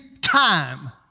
time